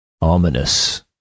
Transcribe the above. ominous